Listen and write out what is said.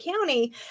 County